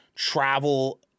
travel